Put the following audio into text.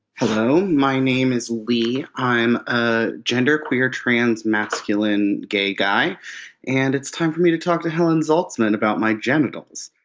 hello, my name is lee. i'm a genderqueer trans masculine gay guy and it's time for me to talk to helen zaltzman about my genitals